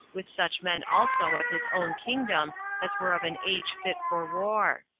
with such men also of his own kingdom as were of an age fit for war.